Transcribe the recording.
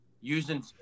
using